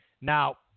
Now